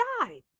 died